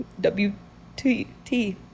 W-T-T